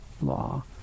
law